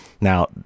Now